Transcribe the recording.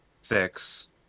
Six